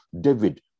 David